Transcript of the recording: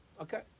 Okay